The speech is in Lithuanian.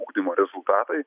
ugdymo rezultatai